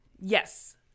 Yes